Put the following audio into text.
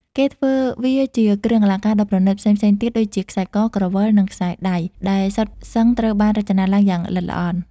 គេធ្វើវាជាគ្រឿងអលង្ការដ៏ប្រណិតផ្សេងៗទៀត ដូចជាខ្សែក ក្រវិល និងខ្សែដៃ ដែលសុទ្ធសឹងត្រូវបានរចនាឡើងយ៉ាងល្អិតល្អន់។